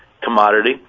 commodity